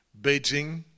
Beijing